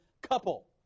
couple